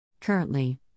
Currently